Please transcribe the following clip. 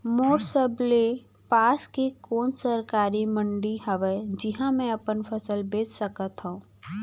मोर सबले पास के कोन सरकारी मंडी हावे जिहां मैं अपन फसल बेच सकथव?